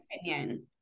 opinion